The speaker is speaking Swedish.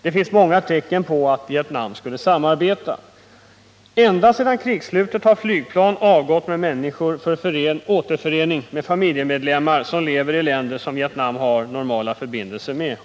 Det finns många tecken på att Vietnam skulle samarbeta: — ända sedan krigsslutet har flygplan avgått med människor för återförening med familjemedlemmar som lever i länder som Vietnam har normala förbindelser med;